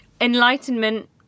Enlightenment